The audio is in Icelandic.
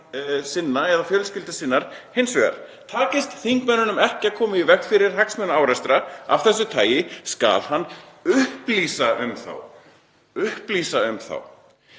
eða fjölskyldu sinnar hins vegar. Takist þingmanni ekki að koma í veg fyrir hagsmunaárekstra af þessu tagi skal hann upplýsa um þá.“ Núna erum við